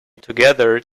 together